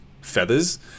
feathers